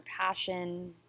passion